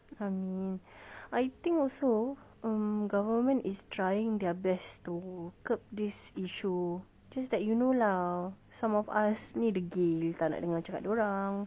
hmm I think also um government is trying their best to curb this issue just that you know lah some of us ni degil tak nak dengar cakap dia orang